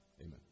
Amen